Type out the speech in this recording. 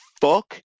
fuck